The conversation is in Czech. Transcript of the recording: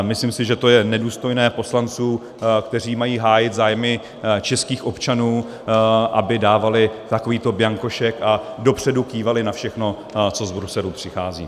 Myslím si, že to je nedůstojné poslanců, kteří mají hájit zájmy českých občanů, aby dávali takovýto bianko šek a dopředu kývali na všechno, co z Bruselu přichází.